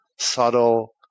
subtle